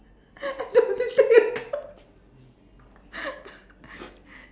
I don't need take accounts